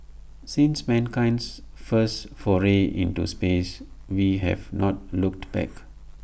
since mankind's first foray into space we have not looked back